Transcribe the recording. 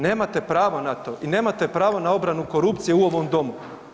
Nemate pravo na to i nemate pravo na obranu korupcije u ovom Domu.